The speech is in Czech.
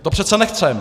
To přece nechceme.